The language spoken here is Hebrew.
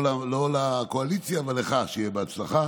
לא לקואליציה, אבל לך שהיה בהצלחה.